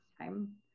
time